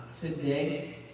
today